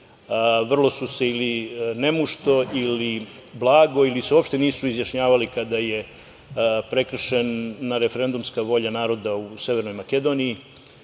Vrlo su se ili nemušto ili blago ili se uopšte nisu izjašnjavali kada je prekršena referendumska volja naroda u Severnoj Makedoniji,